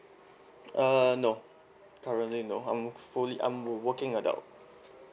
uh no currently no I'm fully I'm working adult